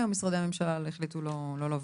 כל משרדי הממשלה אני מבינה החליטו לא לבוא,